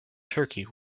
turkey